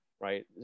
right